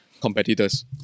competitors